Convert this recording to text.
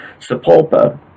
sepulpa